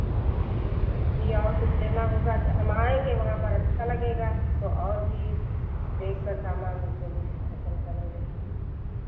जी और कुछ लेना होगा हम आएंगे वहाँ पर अच्छा लगेगा तो और भी देख कर सामान उसे ही पसंद करेंगे